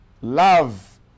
love